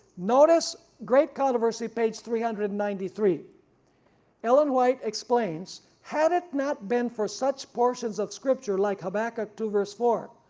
notice great controversy page three hundred and ninety three ellen white explains. had it not been for such portions of scripture like habakkuk two verse four,